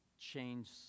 change